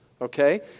Okay